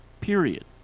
Period